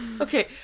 Okay